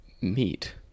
meet